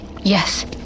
Yes